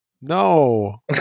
No